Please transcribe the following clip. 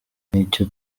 n’icyo